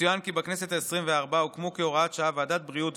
יצוין כי בכנסת העשרים-וארבע הוקמו כהוראת שעה ועדת הבריאות,